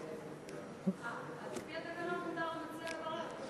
על-פי התקנון, מותר למציע לברך.